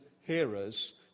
hearers